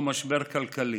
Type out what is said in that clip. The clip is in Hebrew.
או משבר כלכלי.